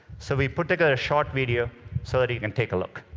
so we've put together a short video so that you can take a look.